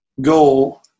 goal